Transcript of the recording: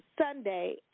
Sunday